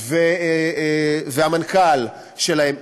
והמנכ"ל שלהם,